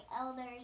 elders